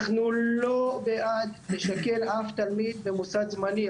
אנחנו לא בעד לשכן אף תלמיד במוסד זמני.